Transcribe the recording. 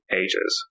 ages